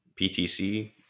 PTC